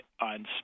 on